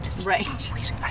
Right